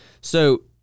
So-